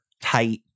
tight